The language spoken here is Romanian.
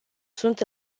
sunt